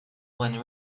when